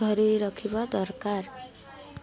ଧରି ରଖିବା ଦରକାର